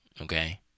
okay